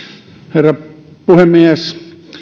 herra puhemies